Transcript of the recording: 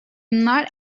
not